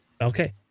Okay